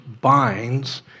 binds